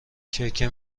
کیک